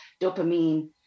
dopamine